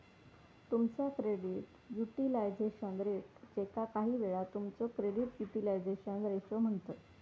तुमचा credit utilisation rate, ज्याका काहीवेळा तुमचो क्रेडिट युटिलायझेशन रेशो म्हणतत